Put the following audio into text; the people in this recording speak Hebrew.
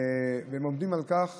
והם עמדו על כך